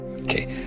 Okay